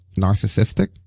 narcissistic